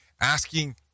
asking